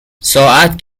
ساعت